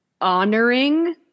honoring